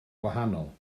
gwahanol